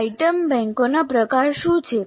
item બેંકોના પ્રકારો શું છે